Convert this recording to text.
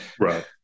Right